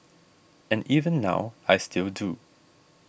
and even now I still do